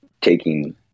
taking